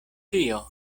tio